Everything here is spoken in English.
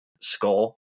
score